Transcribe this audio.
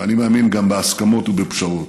ואני מאמין, גם בהסכמות ופשרות.